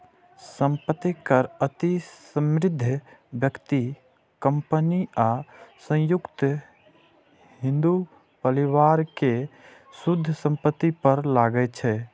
संपत्ति कर अति समृद्ध व्यक्ति, कंपनी आ संयुक्त हिंदू परिवार के शुद्ध संपत्ति पर लागै छै